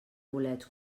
bolets